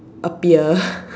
appear